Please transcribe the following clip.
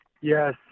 Yes